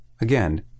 again